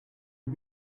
you